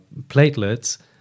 platelets